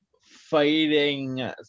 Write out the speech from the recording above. fighting